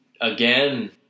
again